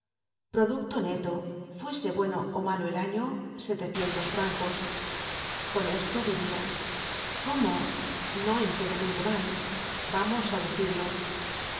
producto neto fuese bueno ó malo el año setecientos francos con esto vivia cómo no enteramente mal vamos á decirlo